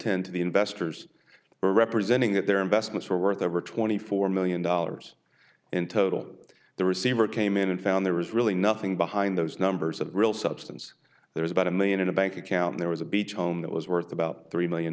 ten to the investors were representing that their investments were worth over twenty four million dollars in total the receiver came in and found there was really nothing behind those numbers of real substance there's about a million in a bank account there was a beach home that was worth about three million